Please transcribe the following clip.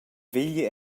vegli